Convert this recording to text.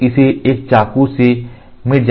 तो इसे एक चाकू से मिट जाना चाहिए